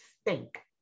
stink